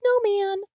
snowman